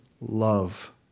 love